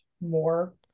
more